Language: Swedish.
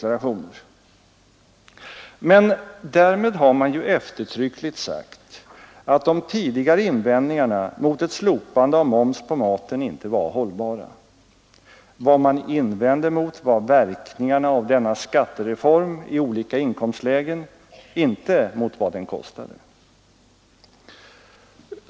Men därmed har man ju eftertryckligt sagt att de tidigare invändningarna mot ett slopande av moms på maten inte var hållbara. Vad man invände mot var verkningen av denna skattereform i olika inkomstlägen, inte vad den kostade.